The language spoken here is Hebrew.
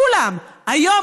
כולם היום,